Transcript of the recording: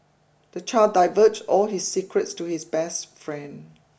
the child diverged all his secrets to his best friend